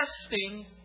testing